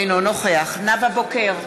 אינו נוכח נאוה בוקר,